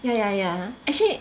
ya ya ya actually